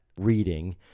reading